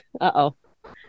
Uh-oh